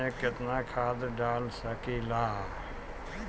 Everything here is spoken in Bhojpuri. हम एक एकड़ खेत में केतना खाद डाल सकिला?